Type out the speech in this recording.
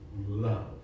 love